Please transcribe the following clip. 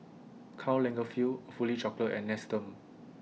Karl Lagerfeld Awfully Chocolate and Nestum